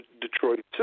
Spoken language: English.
Detroit